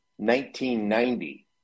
1990